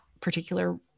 particular